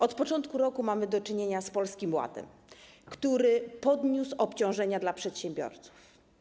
Od początku roku mamy do czynienia z Polskim Ładem, który podniósł obciążenia dla przedsiębiorców.